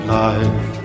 life